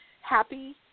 happy